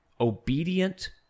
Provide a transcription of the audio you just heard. obedient